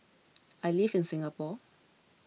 I live in Singapore